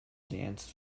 dance